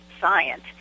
science